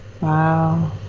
Wow